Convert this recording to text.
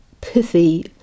pithy